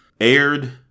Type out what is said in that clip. aired